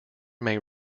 may